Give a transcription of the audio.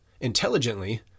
intelligently